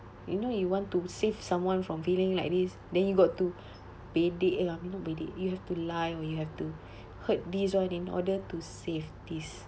you know you want to save someone from feeling like this then you got to pedek lah eh not pedek you have to lie when you have to hurt this one in order to save this